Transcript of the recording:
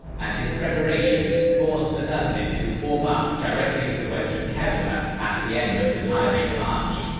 and his preparations forced the sassanids to form up directly to the west of kazima at the end of the tiring march.